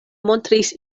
montris